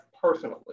personally